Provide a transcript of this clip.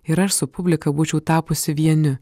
ir aš su publika būčiau tapusi vieniu